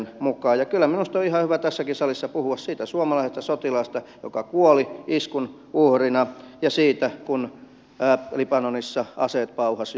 kyllä minusta on ihan hyvä tässäkin salissa puhua siitä suomalaisesta sotilaasta joka kuoli iskun uhrina ja siitä kun libanonissa aseet pauhasivat joulurauhaa